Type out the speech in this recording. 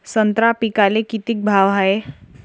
संत्रा पिकाले किती भाव हाये?